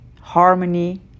harmony